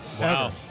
Wow